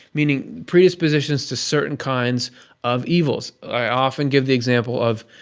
meaning, predispositions to certain kinds of evils. i often give the example of,